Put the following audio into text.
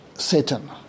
Satan